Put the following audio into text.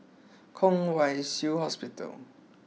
Kwong Wai Shiu Hospital